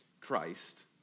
Christ